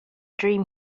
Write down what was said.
dream